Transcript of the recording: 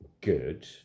good